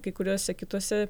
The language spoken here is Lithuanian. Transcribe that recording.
kai kuriose kitose